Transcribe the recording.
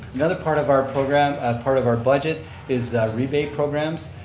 another part of our program, part of our budget is rebate programs.